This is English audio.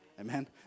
Amen